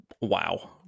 wow